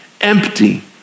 empty